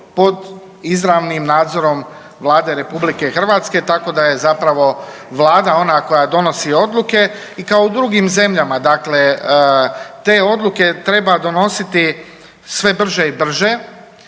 pod izravnim nadzorom Vlade RH, tako da je zapravo Vlada ona koja donosi odluke i kao u drugim zemljama, dakle te odluke treba donositi sve brže i brže.